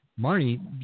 Marnie